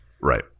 Right